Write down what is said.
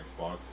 Xbox